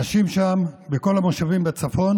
אנשים שם בכל המושבים בצפון